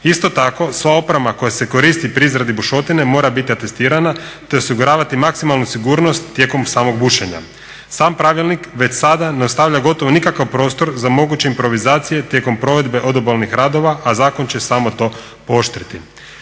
Isto tako sva oprema koja se koristi pri izradi bušotine mora biti atestirana te osiguravati maksimalnu sigurnost tijekom samog bušenja. Sam pravilnik već sada ne ostavlja gotovo nikakav prostor za moguće improvizacije tijekom provedbe odobalnih radova, a zakon će samo to pooštriti.